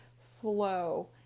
flow